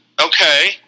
Okay